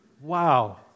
Wow